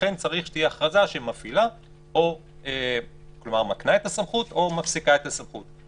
ולכן צריך שתהיה הכרזה שמקנה את הסמכות או מפסיקה את הסמכות.